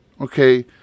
okay